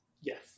Yes